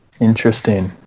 Interesting